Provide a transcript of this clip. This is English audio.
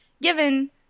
given